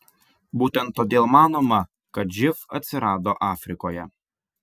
būtent todėl manoma kad živ atsirado afrikoje